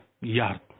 yard